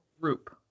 group